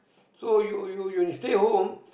so you you you stay home